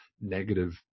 negative